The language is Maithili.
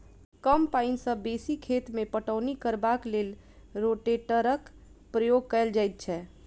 कम पाइन सॅ बेसी खेत मे पटौनी करबाक लेल रोटेटरक प्रयोग कयल जाइत छै